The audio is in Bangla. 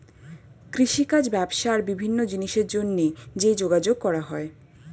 কৃষিকাজ, ব্যবসা আর বিভিন্ন জিনিসের জন্যে যে যোগাযোগ করা হয়